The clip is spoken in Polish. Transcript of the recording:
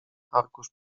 arkusz